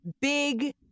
big